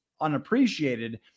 unappreciated